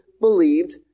believed